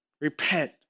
Repent